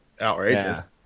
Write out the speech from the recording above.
outrageous